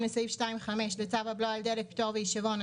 לסעיף 2(5) לצו הבלו על דלק (פטור והישבון),